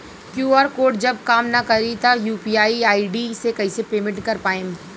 QR code जब काम ना करी त यू.पी.आई आई.डी से कइसे पेमेंट कर पाएम?